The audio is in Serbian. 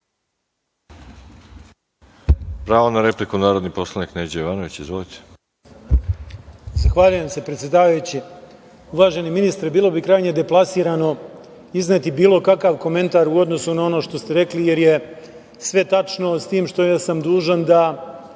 Pravo na repliku, narodni poslanik Neđo Jovanović. Izvolite. **Neđo Jovanović** Zahvaljujem se predsedavajući. Uvaženi ministre, bilo bi krajnje deplasirano izneti bilo kakav komentar u odnosu na ono što ste rekli, jer je sve tačno, s tim što sam dužan da